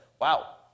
wow